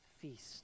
feast